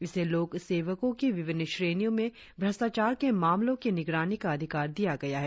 इसे लोकसेवकों की विभिन्न श्रेणियों में न्रष्टाचार के मामलों की निगरानी का अधिकार दिया गया है